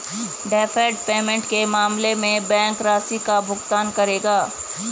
deferred payment के मामले में बैंक राशि का भुगतान करेगा